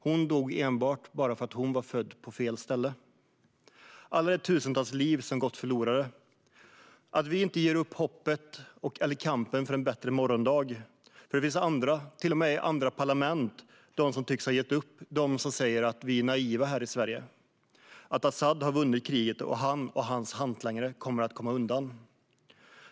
Hon dog enbart för att hon föddes på fel plats. Tusentals liv har gått förlorade. Varför ger vi inte upp hoppet och kampen för en bättre morgondag? Det finns ju andra - till och med i andra parlament - som tycks ha gett upp och som säger att vi här i Sverige är naiva. De säger att Asad har vunnit kriget och att han och hans hantlangare kommer att komma undan.